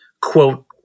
quote